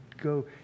go